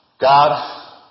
God